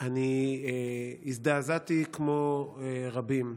אני הזדעזעתי, כמו רבים,